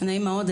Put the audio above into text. נעים מאוד,